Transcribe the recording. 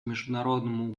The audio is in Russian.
международному